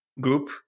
group